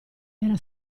era